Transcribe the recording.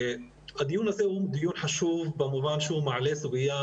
הדיון הזה הוא דיון חשוב במובן זה שהוא מעלה סוגיה